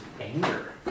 anger